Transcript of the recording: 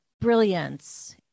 brilliance